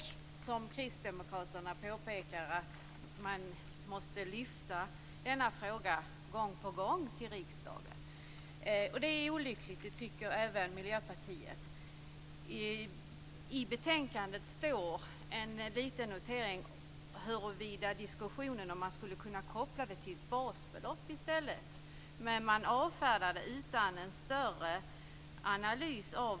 Som Kristdemokraterna påpekar måste man lyfta fram denna fråga gång på gång i riksdagen. Även Miljöpartiet tycker att det är olyckligt. I betänkandet finns en liten notering om möjligheten att koppla förändringen till basbeloppets utveckling, men detta avfärdas utan någon djupare analys.